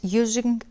using